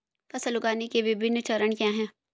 फसल उगाने के विभिन्न चरण क्या हैं?